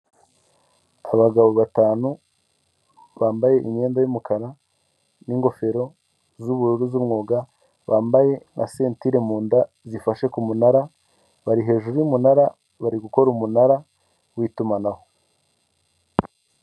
Abagabo batanu bambaye imyenda y'umukara n'ingofero z'ubururu z'umwuga bambaye nka sentire mu nda zifashe ku munara bari hejuru y'umunara bari gukora umunara w'itumanaho.